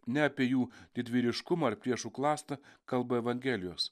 ne apie jų didvyriškumą ir priešų klastą kalba evangelijos